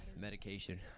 medication